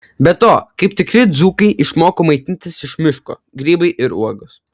be to kaip tikri dzūkai išmoko maitintis iš miško grybai ir uogos